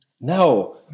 No